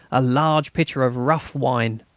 a large pitcher of rough wine.